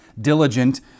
diligent